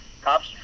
Cops